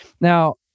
now